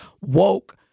woke